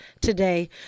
today